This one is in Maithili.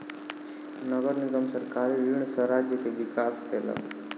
नगर निगम सरकारी ऋण सॅ राज्य के विकास केलक